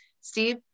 Steve